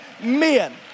Men